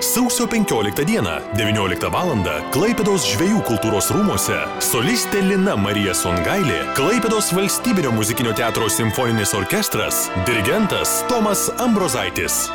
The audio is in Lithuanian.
sausio penkioliktą dieną devynioliktą valandą klaipėdos žvejų kultūros rūmuose solistė lina marija songailė klaipėdos valstybinio muzikinio teatro simfoninis orkestras dirigentas tomas ambrozaitis